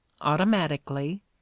automatically